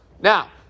Now